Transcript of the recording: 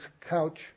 couch